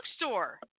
bookstore